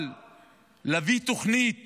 אבל להביא תוכנית